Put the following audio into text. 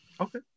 Okay